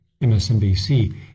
MSNBC